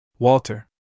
Walter